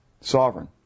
Sovereign